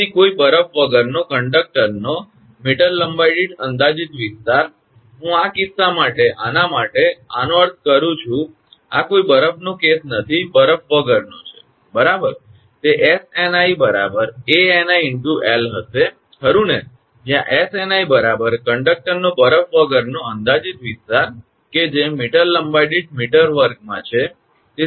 તેથી કોઈ બરફ વગરનો કંડકટરનો મીટર લંબાઈ દીઠ અંદાજિત વિસ્તાર હું આ કિસ્સા માટે આના માટે આનો અર્થ કરું છું આ કોઈ બરફનો કેસ નથી બરફ વગરનો છે બરાબર તે 𝑆𝑛𝑖 𝐴𝑛𝑖 × 𝑙 હશે ખરુ ને જ્યાં 𝑆𝑛𝑖 કંડકટરનો બરફ વગરનો અંદાજિત વિસ્તાર કે જે મીટર લંબાઇ દીઠ મીટર વર્ગમાં છે